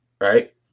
right